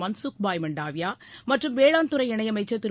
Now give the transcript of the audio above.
மன்சுக்பாய் மண்டாவியா மற்றும் வேளாண் துறை இணையமைச்சர் திரு